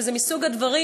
וזה מסוג הדברים,